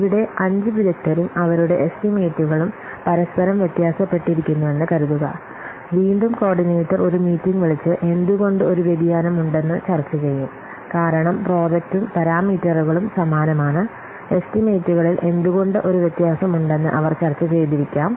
ഇവിടെ അഞ്ച് വിദഗ്ധരും അവരുടെ എസ്റ്റിമേറ്റുകളും പരസ്പരം വ്യത്യാസപ്പെട്ടിരിക്കുന്നുവെന്ന് കരുതുക വീണ്ടും കോർഡിനേറ്റർ ഒരു മീറ്റിംഗ് വിളിച്ച് എന്തുകൊണ്ട് ഒരു വ്യതിയാനം ഉണ്ടെന്ന് ചർച്ച ചെയ്യും കാരണം പ്രോജക്റ്റും പാരാമീറ്ററുകളും സമാനമാണ് എസ്റ്റിമേറ്റുകളിൽ എന്തുകൊണ്ട് ഒരു വ്യത്യാസമുണ്ടെന്നു അവർ ചർച്ച ചെയ്തിരിക്കാം